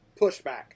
pushback